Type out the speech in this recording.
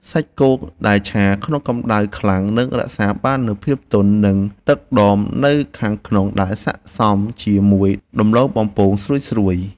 សាច់គោដែលឆាក្នុងកម្តៅខ្លាំងនឹងរក្សាបាននូវភាពទន់និងទឹកដមនៅខាងក្នុងដែលស័ក្តិសមជាមួយដំឡូងបំពងស្រួយៗ។